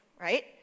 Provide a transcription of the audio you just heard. right